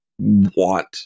want